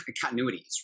continuity